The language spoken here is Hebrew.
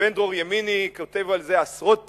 ובן-דרור ימיני כתב על זה עשרות פעמים,